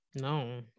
No